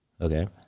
Okay